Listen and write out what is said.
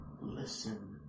listen